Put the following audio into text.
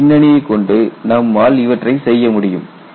இந்த பின்னணியை கொண்டு நம்மால் இவற்றை செய்ய முடியும்